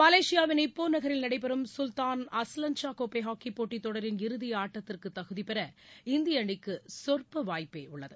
மலேசியாவில் ஈப்போ நகரில் நடைபெறும் சுல்தான் அஸ்வான்ஷா ஹாக்கி போட்டித் தொடரின் இறுதி ஆட்டத்திற்கு தகுதி பெற இந்திய அணிக்கு சொற்ப வாய்ப்பு உள்ளது